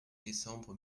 décembre